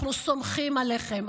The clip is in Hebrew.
אנחנו סומכים עליכם,